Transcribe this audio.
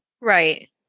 right